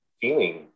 feeling